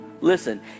listen